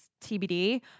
TBD